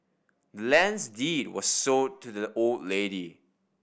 the land's deed was sold to the old lady